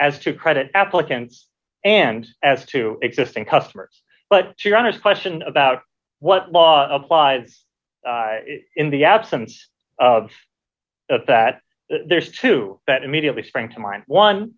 as to credit applicants and as to existing customers but to your honest question about what law applies in the absence of that there's two that immediately spring to mind one